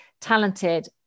talented